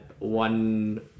one